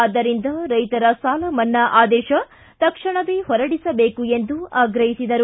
ಆದ್ದರಿಂದ ರೈತರ ಸಾಲಮನ್ನಾ ಆದೇಶ ತಕ್ಷಣವೇ ಹೊರಡಿಸಬೇಕು ಎಂದು ಆಗ್ರಹಿಸಿದರು